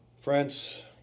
Friends